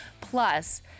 Plus